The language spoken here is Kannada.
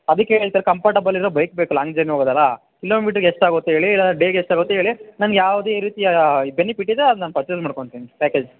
ಅದಕ್ಕೆ ಹೇಳ್ತಾ ಇರೋದು ಕಂಫರ್ಟೇಬಲಿರೋ ಬೈಕ್ ಬೇಕು ಲಾಂಗ್ ಜರ್ನಿ ಹೋಗೋದಲ್ಲಾ ಕಿಲೋಮೀಟರ್ಗೆ ಎಷ್ಟಾಗುತ್ತೆ ಹೇಳಿ ಇಲ್ಲ ಡೇಗೆ ಎಷ್ಟಾಗುತ್ತೆ ಹೇಳಿ ನಾನು ಯಾವುದೇ ರೀತಿಯ ಬೆನಿಫಿಟ್ ಇದೆ ಅದು ನಾನು ಪರ್ಚೆಸ್ ಮಾಡ್ಕೊತೀನಿ ಪ್ಯಾಕೇಜ್